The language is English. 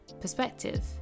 perspective